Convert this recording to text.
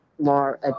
more